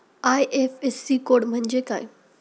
IFSC code म्हणजे काय?